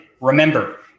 remember